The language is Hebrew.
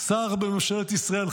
שר בממשלת ישראל.